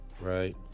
right